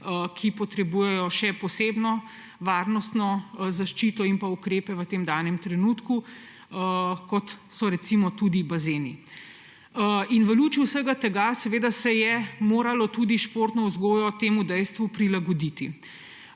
ki potrebujejo še posebno varnostno zaščito in ukrepe v danem trenutku, kot so recimo tudi bazeni. V luči vsega tega se je seveda moralo tudi športno vzgojo temu dejstvu prilagoditi.